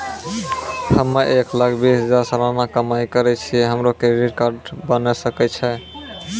हम्मय एक लाख बीस हजार सलाना कमाई करे छियै, हमरो क्रेडिट कार्ड बने सकय छै?